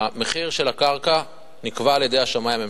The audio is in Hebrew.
המחיר של הקרקע נקבע על-ידי השמאי הממשלתי.